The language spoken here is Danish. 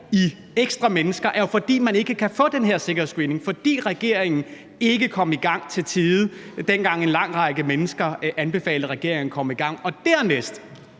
ekstra mennesker, er jo, at man ikke kan få den her sikkerhedsscreening, fordi regeringen ikke kom i gang i tide, dengang en lang række mennesker anbefalede regeringen at komme i gang. Punkt